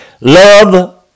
Love